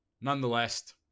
nonetheless